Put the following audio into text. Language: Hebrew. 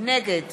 נגד